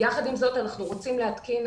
יחד עם זאת אנחנו רוצים להתקין,